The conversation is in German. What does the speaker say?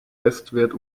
bestwert